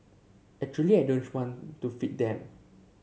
actually I want to feed them